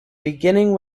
beginning